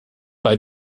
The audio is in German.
bei